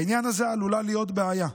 בעניין הזה עלולה להיות בעיה.